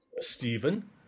Stephen